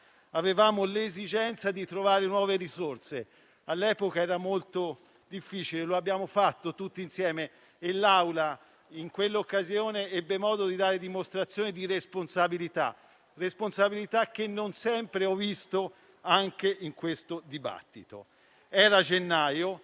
Avevamo l'esigenza di trovare nuove risorse. All'epoca era molto difficile. Lo abbiamo fatto tutti insieme e l'Assemblea in quell'occasione ebbe modo di dare dimostrazione di responsabilità, che non sempre ho visto, anche in questo dibattito. Era gennaio